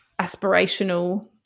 aspirational